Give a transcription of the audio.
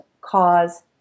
cause